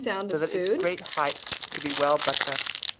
so that its great height should be well buttressed.